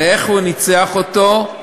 ואיך הוא ניצח אותו?